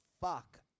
fuck